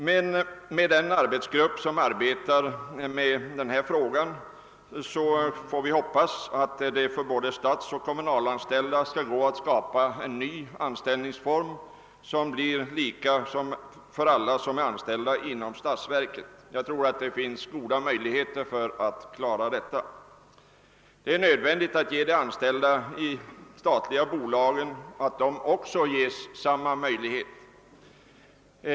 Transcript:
Vi hoppas emellertid att det med hjälp av den arbetsgrupp som handlägger denna fråga skall gå att skapa en ny anställningsform för både statsoch kommunalanställda som blir lika för alla. Jag tror att det finns goda möjligheter att klara detta. Det är också nödvändigt att ge de anställda i de statliga bolagen samma ställning.